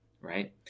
right